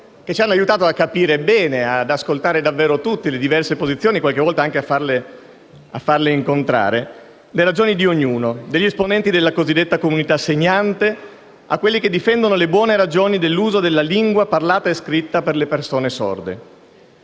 che ci hanno aiutato a capire bene e ad ascoltare davvero tutte le diverse posizioni - qualche volta anche a farle incontrare - le ragioni di ognuno: dagli esponenti della cosiddetta comunità segnante a quelli che difendono le buone ragioni dell'uso della lingua parlata e scritta per le persone sorde.